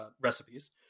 recipes